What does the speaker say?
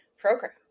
program